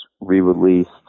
re-released